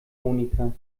monika